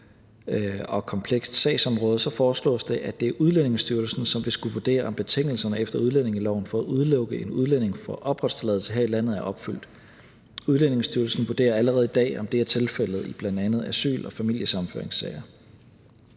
og komplekst sagsområde, foreslås det, at det er Udlændingestyrelsen, som vil skulle vurdere, om betingelserne efter udlændingeloven for at udelukke en udlænding fra opholdstilladelse her i landet er opfyldt. Udlændingestyrelsen vurderer allerede i dag, om det er tilfældet i bl.a. asyl- og familiesammenføringssager.